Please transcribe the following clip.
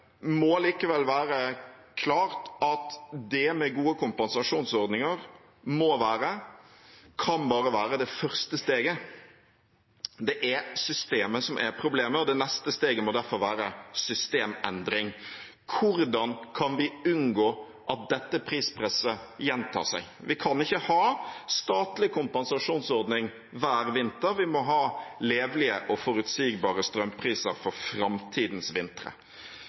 må likevel være klart at det med gode kompensasjonsordninger må være – kan bare være – det første steget. Det er systemet som er problemet, og det neste steget må derfor være systemendring. Hvordan kan vi unngå at dette prispresset gjentar seg? Vi kan ikke ha statlig kompensasjonsordning hver vinter. Vi må ha levelige og forutsigbare strømpriser for framtidens vintre.